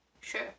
Sure